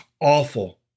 awful